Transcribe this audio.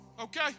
Okay